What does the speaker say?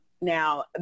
now